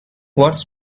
what’s